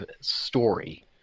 story